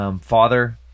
Father